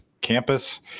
campus